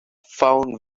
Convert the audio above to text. found